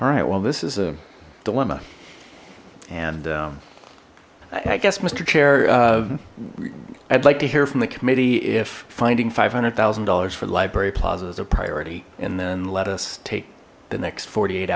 all right well this is a dilemma and i guess mister chair i'd like to hear from the committee if finding five hundred thousand dollars for library plaza as a priority and then let us take the next forty eight